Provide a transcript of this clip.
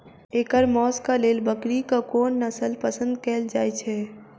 एकर मौशक लेल बकरीक कोन नसल पसंद कैल जाइ छै?